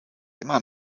immer